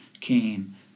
came